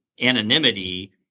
anonymity